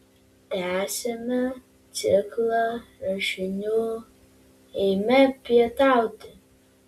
tęsiame ciklą rašinių eime pietauti